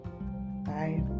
Bye